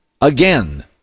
again